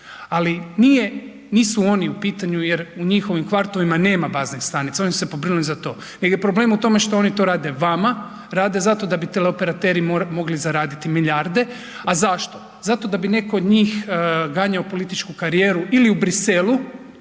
Ali nisu oni u pitanju jer u njihovim kvartovima nema baznih stanica, oni su se pobrinuli za to. Nego je problem što oni to rade vama. Rade zato da bi teleoperateri mogli zaraditi milijarde. A zašto? Zato da bi netko od njih ganjao političku karijeru ili u Bruxellesu,